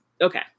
Okay